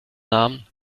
namen